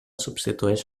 substitueix